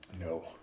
No